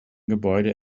gebäude